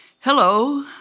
Hello